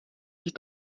sich